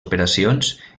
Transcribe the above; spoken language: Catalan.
operacions